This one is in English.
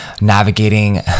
navigating